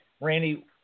Randy